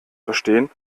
verstehen